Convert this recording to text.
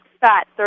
fat